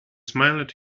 smiled